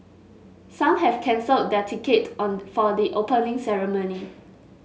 some have cancelled their ticket on for the Opening Ceremony